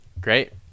Great